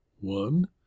One